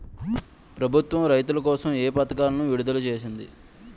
ప్రభుత్వం రైతుల కోసం ఏ పథకాలను విడుదల చేసింది?